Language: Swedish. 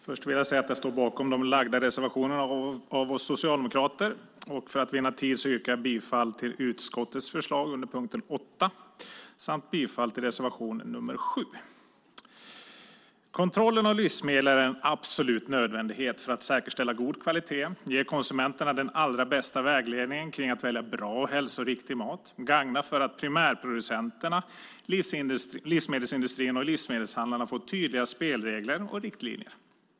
Fru talman! Jag står bakom de reservationer som lagts fram av oss socialdemokrater, men för tids vinnande yrkar jag bifall till utskottets förslag under punkt 8 samt bifall till reservation 7. Kontrollen av livsmedel är en absolut nödvändighet för att säkerställa god kvalitet, ge konsumenterna den allra bästa vägledningen kring att välja bra och hälsoriktig mat och gagna tydliga spelregler och riktlinjer för primärproducenterna, livsmedelsindustrin och livsmedelshandlarna.